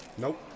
Nope